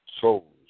souls